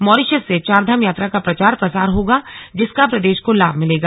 Mauritius में चारधाम यात्रा का प्रचार प्रसार होगा जिसका प्रदेश को लाभ मिलेगा